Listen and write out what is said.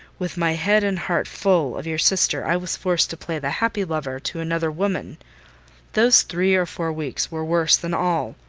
with my head and heart full of your sister, i was forced to play the happy lover to another woman those three or four weeks were worse than all.